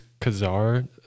kazar